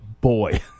boy